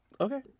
Okay